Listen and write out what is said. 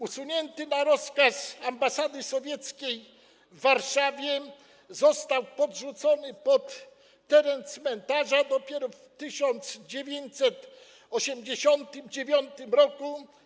Usunięty na rozkaz ambasady sowieckiej w Warszawie został podrzucony pod teren cmentarza dopiero w 1989 r.